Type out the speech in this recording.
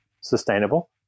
sustainable